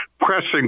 pressing